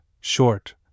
Short